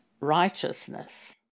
righteousness